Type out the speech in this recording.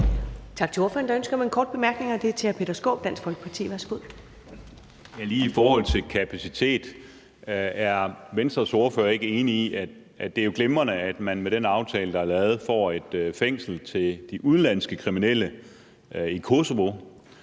Tak til ordføreren. Der er ønske om en kort bemærkning, og den er til hr. Peter Skaarup, Dansk Folkeparti. Værsgo. Kl. 14:32 Peter Skaarup (DF): Lige i forhold til kapacitet er Venstres ordfører så ikke enig i, at det jo er glimrende, at man med den aftale, der er lavet, får et fængsel til de udenlandske kriminelle i Kosovo,